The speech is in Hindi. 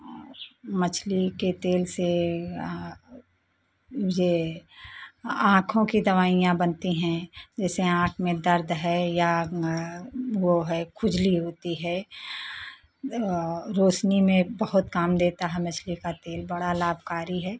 और मछली के तेल से ये आँखों की दवाइयाँ बनती हैं जैसे आँख में दर्द है या वो है खुजली होती है रोशनी में बहुत काम देता है मछली का तेल बड़ा लाभकारी है